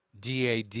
DAD